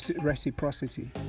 reciprocity